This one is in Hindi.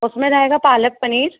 उसमें रहेगा पालक पनीर